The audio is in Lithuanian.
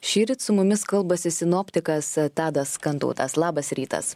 šįryt su mumis kalbasi sinoptikas tadas kantautas labas rytas